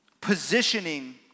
positioning